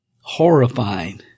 horrifying